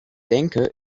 denke